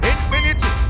Infinity